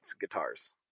guitars